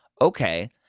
okay